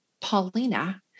Paulina